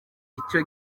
icyo